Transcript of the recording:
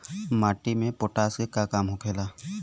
माटी में पोटाश के का काम होखेला?